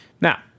Now